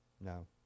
No